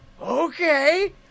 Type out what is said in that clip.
okay